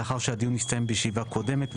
לאחר שהדיון הסתיים בישיבה קודמת,